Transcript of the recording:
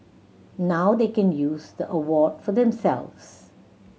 now they can use the award for themselves